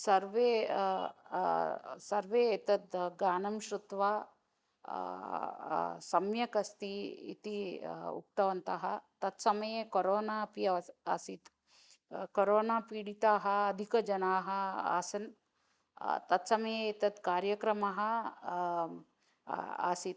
सर्वे सर्वे एतत् गानं श्रुत्वा सम्यक् अस्ति इति उक्तवन्तः तत्समये कोरोना अपि अस् आसीत् करोना पीडिताः अधिकजनाः आसन् तत्समये एतत् कार्यक्रमः आसीत्